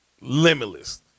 Limitless